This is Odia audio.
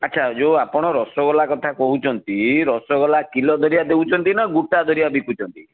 ଆଚ୍ଛା ଯୋଉ ଆପଣ ରସଗୋଲା କଥା କହୁଛନ୍ତି ରସଗୋଲା କିଲୋ ଦରିଆ ଦେଉଛନ୍ତି ନା ଗୋଟା ଦରିଆ ବିକୁଛନ୍ତି